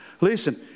listen